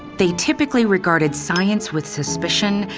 they typically regarded science with suspicion,